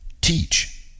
teach